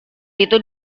itu